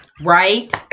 Right